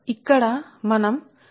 కాబట్టి 0